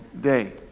day